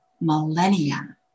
millennia